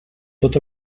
tot